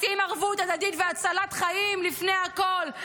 לשים ערבות הדדית והצלת חיים לפני הכול,